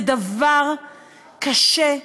זה דבר קשה,